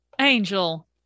Angel